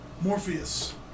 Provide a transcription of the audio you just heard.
Morpheus